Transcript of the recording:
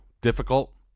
difficult